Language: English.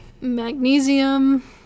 magnesium